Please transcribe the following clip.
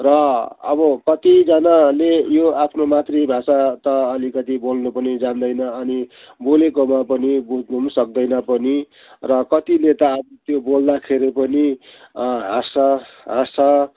र अब कतिजानाले यो आफ्नो मातृभाषा त अलिकति बोल्नु पनि जान्दैन अनि बोलेकोमा पनि बुझ्नु पनि सक्दैन पनि र कतिले त अब त्यो बोल्दाखेरि पनि हाँस्छ हाँस्छ